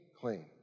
clean